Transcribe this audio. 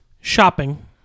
Shopping